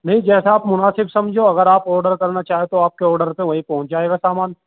نہیں جیسا آپ مناسب سمجھو اگر آپ آرڈر کرنا چاہیں تو آپ کے آرڈر پہ وہیں پہنچ جائے گا سامان